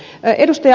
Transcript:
kun ed